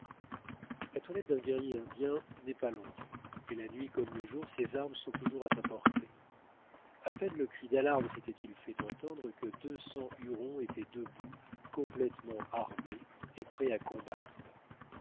la toilette d'un guerrier indien n'est pas longue et la nuit comme le jour ses armes sont toujours à sa portée à peine le cri d'alarme s'était-il fait entendre que deux cents hurons étaient debout complètement armés et prêts à combattre